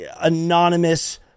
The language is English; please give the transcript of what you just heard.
anonymous